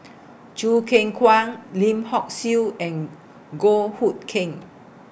Choo Keng Kwang Lim Hock Siew and Goh Hood Keng